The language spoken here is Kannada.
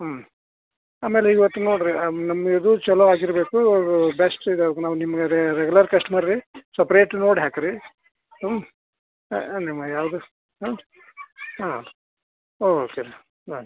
ಹ್ಞೂ ಆಮೇಲೆ ಇವತ್ತು ನೋಡ್ರಿ ನಮ್ಮ ಇದು ಛಲೋ ಆಗಿರಬೇಕು ಬೆಸ್ಟ್ ಇದಾಗಿ ನಾವು ನಿಮಗೆ ರೆಗ್ಯುಲರ್ ಕಸ್ಟಮರ್ ರೀ ಸಪರೇಟ್ ನೋಡಿ ಹಾಕಿರಿ ಹ್ಞೂ ನಿಮ್ಗೆ ಯಾವುದು ಹ್ಞೂ ಹಾಂ ಓಕೆ ಅಷ್ಟೆ